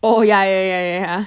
oh ya ya ya ya ya